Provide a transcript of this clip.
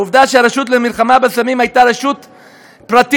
העובדה שהרשות למלחמה בסמים הייתה רשות פרטית,